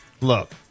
Look